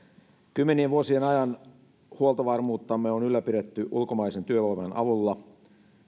kymmenien vuosien ajan huoltovarmuuttamme on ylläpidetty ulkomaisen työvoiman avulla